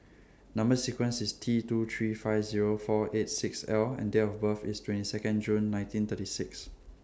Number sequence IS T two three five Zero four eight six L and Date of birth IS twenty Second June nineteen thirty six